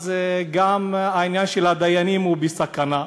אז גם העניין של הדיינים הוא בסכנה.